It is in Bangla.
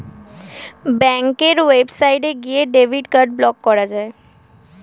ব্যাঙ্কের ওয়েবসাইটে গিয়ে ডেবিট কার্ড ব্লক করা যায়